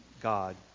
God